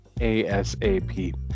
ASAP